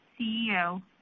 CEO